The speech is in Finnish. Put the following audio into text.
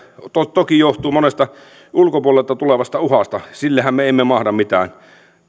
toki johtuu monesta ulkopuolelta tulevasta uhasta sillehän me emme mahda mitään